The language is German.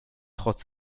traut